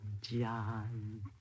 John